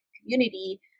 community